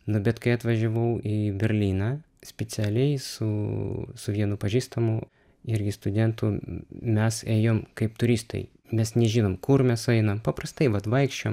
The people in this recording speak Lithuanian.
nu bet kai atvažiavau į berlyną specialiai su su vienu pažįstamu irgi studentų mes ėjom kaip turistai mes nežinom kur mes einam paprastai vat vaikščiojom